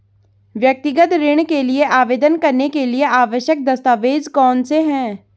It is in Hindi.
व्यक्तिगत ऋण के लिए आवेदन करने के लिए आवश्यक दस्तावेज़ कौनसे हैं?